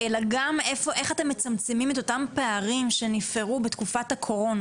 אלא גם איך אתם מצמצמים את אותם פערים שנפערו בתקופת הקורונה,